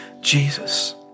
Jesus